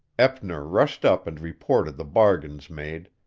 eppner rushed up and reported the bargains made,